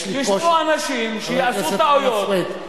ישבו אנשים שעשו טעויות.